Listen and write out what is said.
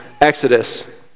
Exodus